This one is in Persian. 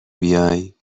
بیای